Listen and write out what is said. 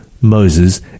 Moses